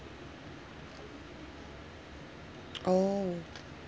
oo